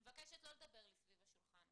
אני מבקשת לא להרעיש סביב השולחן.